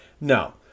No